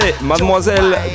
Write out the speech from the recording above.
Mademoiselle